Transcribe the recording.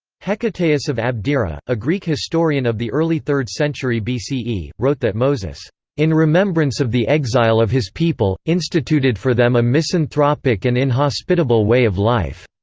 hecataeus of abdera, a greek historian of the early third century bce, wrote that moses in remembrance of the exile of his people, instituted for them a misanthropic and inhospitable way of life.